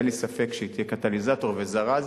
שאין לי ספק שהיא תהיה קטליזטור וזרז,